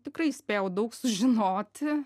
tikrai spėjau daug sužinoti